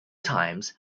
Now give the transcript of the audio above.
times